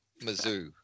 Mizzou